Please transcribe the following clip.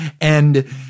And-